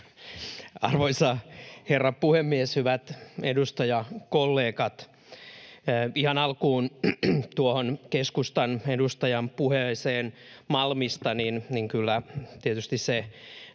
Arvoisa herra puhemies! Hyvät edustajakollegat! Ihan alkuun keskustan edustajan puheeseen Malmista: Kyllä tietysti se